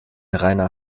reiner